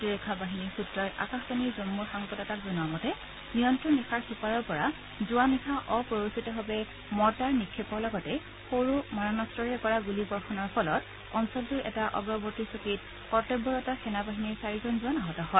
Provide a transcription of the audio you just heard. প্ৰতিৰক্ষা বাহিনীৰ সূত্ৰই আকাশবাণীৰ জম্মুৰ সংবাদদাতাক জনোৱা মতে নিয়ন্ত্ৰণ ৰেখাৰ সিপাৰৰ পৰা যোৱানিশা অপ্ৰৰোচিতভাৱে মৰ্টাৰ নিক্ষেপৰ লগতে সৰু মাৰণাস্ত্ৰৰে কৰা গুলী বৰ্ষণৰ ফলত অঞ্চলটোৰ এটা অগ্ৰৱৰ্তী চকীত কৰ্তব্যৰত সেনা বাহিনীৰ চাৰিজন জোৱান আহত হয়